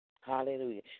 Hallelujah